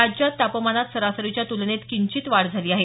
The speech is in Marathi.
राज्यात तापमानात सरासरीच्या तुलनेत किंचित वाढ झाली आहे